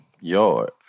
yard